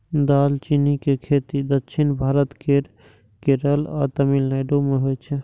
दालचीनी के खेती दक्षिण भारत केर केरल आ तमिलनाडु मे होइ छै